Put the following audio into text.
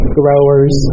growers